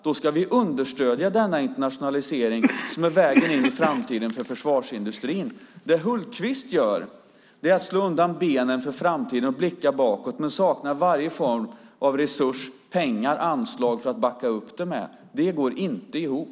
Då ska vi understödja denna internationalisering som en väg in i framtiden för försvarsindustrin. Det Hultqvist gör är att slå undan benen för framtiden och blicka bakåt men saknar varje form av resurs, pengar och anslag för att backa upp det med. Det går inte ihop.